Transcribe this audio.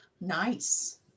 Nice